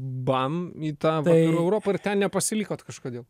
bam į tą vakarų europą ir ten nepasilikot kažkodėl